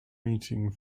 meeting